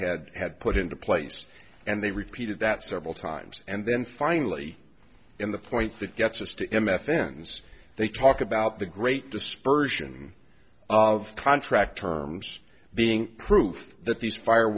had had put into place and they repeated that several times and then finally in the point that gets us to m f ins they talk about the great dispersion of contract terms being proof that these fire